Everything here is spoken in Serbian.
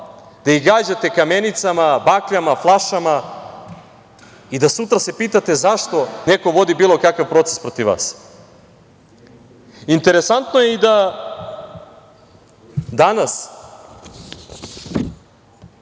da ih gađate kamenicama, bakljama, flašama i da se sutra pitate zašto neko vodi bilo kakav proces protiv vas? Interesantno je i da danas